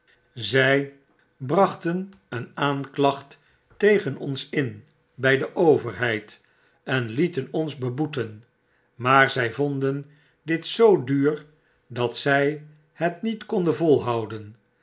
zij brachten een aanklacht tegen ons in bij de overheid en lieten ons beboeten maar z j vonden dit zoo duur dat zy het niet konden voihouden